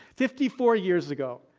fifty four years ago,